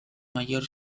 mayor